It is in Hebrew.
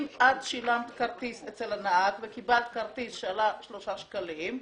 אם שילמת כרטיס אצל הנהג וקיבלת כרטיס שעלה 3 שקלים,